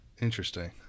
Interesting